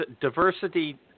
diversity